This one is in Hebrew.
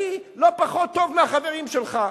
אני לא פחות טוב מהחברים שלך,